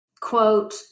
Quote